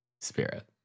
spirit